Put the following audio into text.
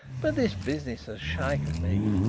but this business has shaken me.